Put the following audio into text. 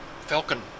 Falcon